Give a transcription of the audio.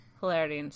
hilarity